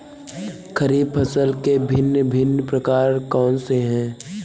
खरीब फसल के भिन भिन प्रकार कौन से हैं?